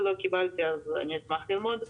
קיבלתי אז אני אשמח ללמוד.